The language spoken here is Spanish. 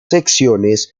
secciones